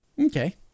Okay